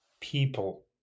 people